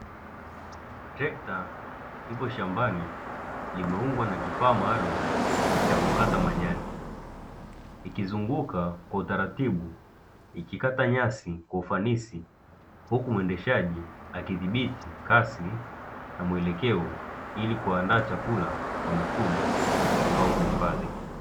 Trekta lipo shambani limeungwa na kifaa maalumu cha kukata majani, likizunguka kwa utaratibu likikata nyasi kwa ufanisi. Huku mwendeshaji akidhibiti kasi na mwelekeo, ili kuandaa chakula kwa mifugo au kuhifadhia.